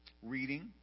reading